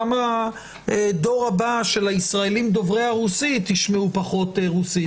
גם הדור הבא של הישראלים דוברי הרוסית ישמעו פחות רוסית,